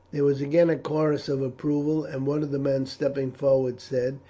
there was again a chorus of approval, and one of the men stepping forward said,